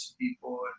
people